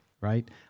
right